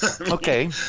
Okay